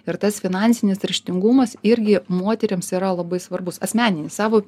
ir tas finansinis raštingumas irgi moterims yra labai svarbus asmeninį savo